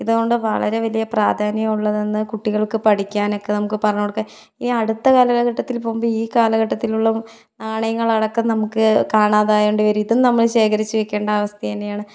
ഇതുകൊണ്ട് വളരെ വലിയ പ്രാധാന്യം ഉള്ളതെന്ന് കുട്ടികൾക്ക് പഠിക്കാനൊക്കെ നമുക്ക് പറഞ്ഞ് കൊടുക്കാൻ ഈ അടുത്ത കാലഘട്ടത്തിൽ പോകുമ്പോൾ ഈ കാലഘട്ടത്തിലുള്ള നാണയങ്ങളടക്കം നമുക്ക് കാണാതായതുകൊണ്ട് വരും ഇതും നമ്മൾ ശേഖരിച്ച് വെക്കേണ്ട അവസ്ഥ തന്നെയാണ്